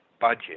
budget